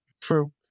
True